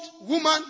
woman